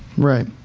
right.